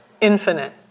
Infinite